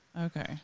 Okay